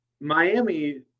Miami